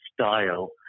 style